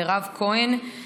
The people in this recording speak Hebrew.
מירב כהן,